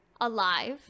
alive